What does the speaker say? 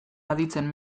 aditzen